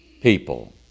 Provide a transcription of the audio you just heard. people